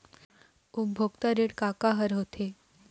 उपभोक्ता ऋण का का हर होथे?